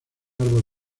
árbol